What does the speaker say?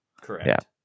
Correct